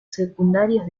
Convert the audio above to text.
secundarios